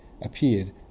appeared